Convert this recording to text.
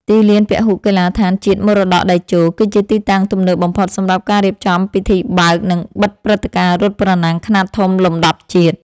ទីលានពហុកីឡដ្ឋានជាតិមរតកតេជោ គឺជាទីតាំងទំនើបបំផុតសម្រាប់ការរៀបចំពិធីបើក និងបិទព្រឹត្តិការណ៍រត់ប្រណាំងខ្នាតធំលំដាប់ជាតិ។